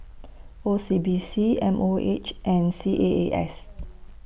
O C B C M O H and C A A S